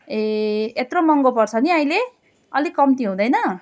ए यत्रो महँगो पर्छ नि अहिले अलिक कम्ती हुँदैन